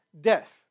death